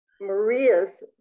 Maria's